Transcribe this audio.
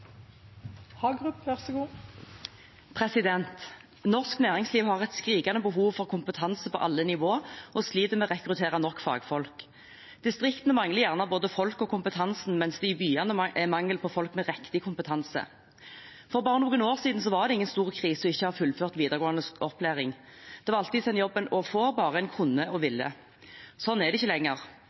og unge. Så jeg vil avslutte med å gi dere en stor takk. Dere er barnas, men ikke minst alle oss andres hverdagshelter. Norsk næringsliv har et skrikende behov for kompetanse på alle nivå og sliter med å rekruttere nok fagfolk. Distriktene mangler kanskje både folk og kompetanse, mens det i byene er mangel på folk med riktig kompetanse. For bare noen år siden var det ingen stor krise å ikke ha fullført videregående opplæring. Det var alltids en jobb å få, bare en kunne og